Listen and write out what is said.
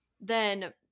then-